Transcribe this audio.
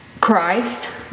Christ